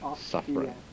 suffering